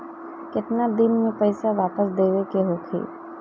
केतना दिन में पैसा वापस देवे के होखी?